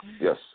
Yes